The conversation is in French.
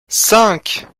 cinq